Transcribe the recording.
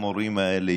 המורים האלה,